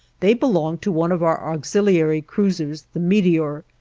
they belonged to one of our auxiliary cruisers, the meteor.